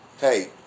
hey